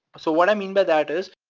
so, what i mean by that is,